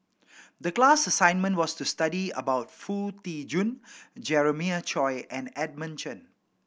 the class assignment was to study about Foo Tee Jun Jeremiah Choy and Edmund Chen